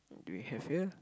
do we have here